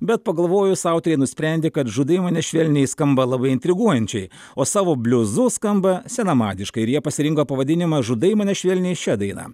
bet pagalvojus autoriai nusprendė kad žudai mane švelniai skamba labai intriguojančiai o savo bliuzu skamba senamadiškai ir jie pasirinko pavadinimą žudai mane švelniai šia daina